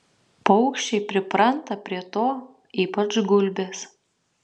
paukščiai pripranta prie to ypač gulbės